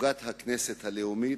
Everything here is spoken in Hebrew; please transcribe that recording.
עוגת ההכנסה הלאומית.